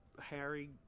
Harry